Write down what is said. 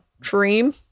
dream